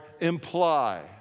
imply